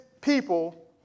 people